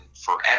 forever